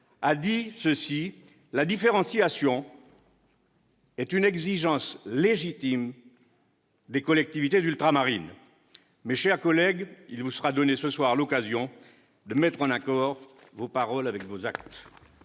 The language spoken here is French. a indiqué que la différenciation est une « exigence légitime » des collectivités ultramarines. Mes chers collègues, il vous sera donné ce soir l'occasion de mettre en accord les paroles et les actes